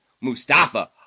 Mustafa